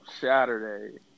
Saturday